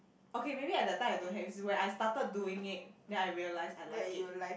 okay maybe at the time I don't have is when I started doing it then I realise I like it